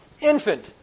infant